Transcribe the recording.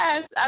Yes